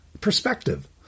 Perspective